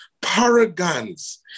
Paragons